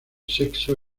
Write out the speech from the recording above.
sexo